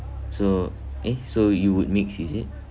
so eh so you would mix is it